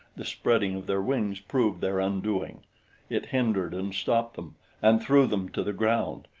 the spreading of their wings proved their undoing it hindered and stopped them and threw them to the ground,